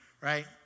right